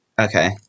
Okay